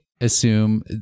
assume